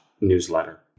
newsletter